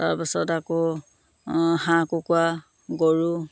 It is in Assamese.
তাৰপাছত আকৌ হাঁহ কুকুৰা গৰু